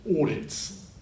audits